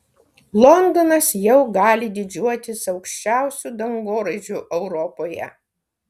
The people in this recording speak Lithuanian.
londonas jau gali didžiuotis aukščiausiu dangoraižiu europoje